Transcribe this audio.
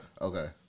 Okay